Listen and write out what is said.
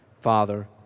Father